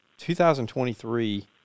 2023